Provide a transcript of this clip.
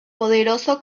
poderoso